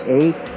eight